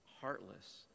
heartless